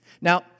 Now